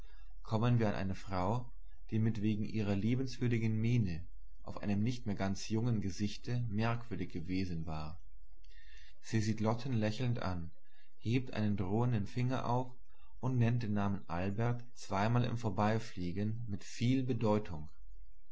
kommen wir an eine frau die mit wegen ihrer liebenswürdigen miene auf einem nicht mehr ganz jungen gesichte merkwürdig gewesen war sie sieht lotten lächelnd an hebt einen drohenden finger auf und nennt den namen albert zweimal im vorbeifliegen mit viel bedeutung